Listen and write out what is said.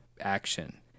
action